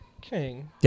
King